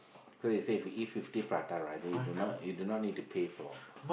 so if they say if you eat fifty prata right then you do not you do not need to pay for